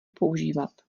používat